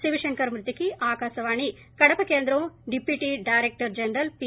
శివ శంకర్ మృతికి ఆకాశవాణి కడప కేంద్రం deputy director general P